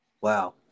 Wow